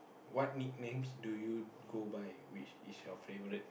what nicknames do you go by which is your favourite